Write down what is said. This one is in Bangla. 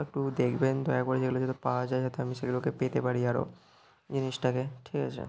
একটু দেখবেন দয়া করে যেগুলো যাতে পাওয়া যায় যাতে আমি সেগুলোকে পেতে পারি আরও জিনিসটাকে ঠিক আছে